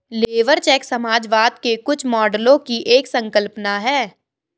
labour cheque समाजवाद के कुछ मॉडलों की एक संकल्पना है